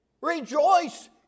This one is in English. rejoice